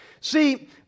See